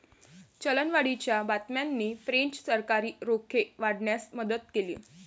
चलनवाढीच्या बातम्यांनी फ्रेंच सरकारी रोखे वाढवण्यास मदत केली